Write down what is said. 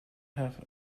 have